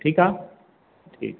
ठीकु आहे ठीकु